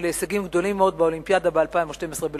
להישגים גדולים מאוד באולימפיאדת לונדון ב-2012.